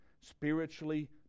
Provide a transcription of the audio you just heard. spiritually